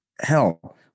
hell